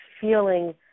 feeling